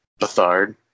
Bethard